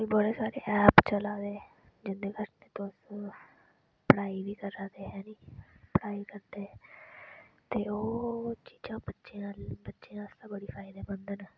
अजकल बड़े सारे ऐप चलै दे जिंदे कन्नै तुस पढ़ाई बी करै दे हैनिं पढ़ाई बी करदे ते ओह् चीजां बच्चें आह्ले बच्चें आस्तै बड़ी फायदेमंद न